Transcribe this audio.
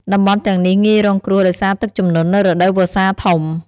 តំបន់ទាំងនេះងាយរងគ្រោះដោយសារទឹកជំនន់នៅរដូវវស្សាធំ ។